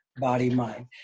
body-mind